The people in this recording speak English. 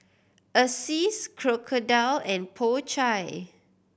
Asics Crocodile and Po Chai